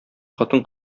хатын